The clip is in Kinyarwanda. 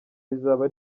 rizaba